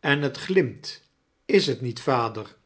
en het glimt is t niet vader